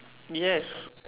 yes